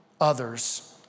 others